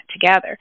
together